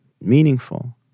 meaningful